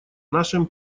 нашим